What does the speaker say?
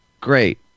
Great